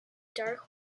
dark